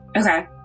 Okay